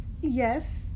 yes